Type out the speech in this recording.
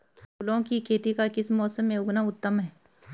फूलों की खेती का किस मौसम में उगना उत्तम है?